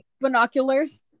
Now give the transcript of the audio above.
binoculars